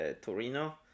Torino